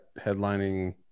headlining